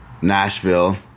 Nashville